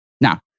Now